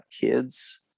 kids